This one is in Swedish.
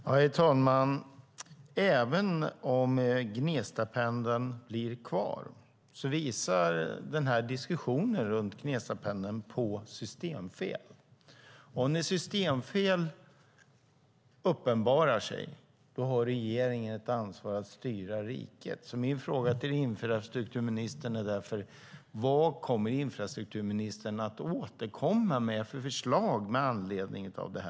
Herr talman! Även om Gnestapendeln blir kvar visar diskussionen om den på ett systemfel. När systemfel uppenbarar sig har regeringen ett ansvar för att styra riket. Min fråga till infrastrukturministern är därför: Vilka förslag kommer infrastrukturministern att återkomma med med anledning av detta?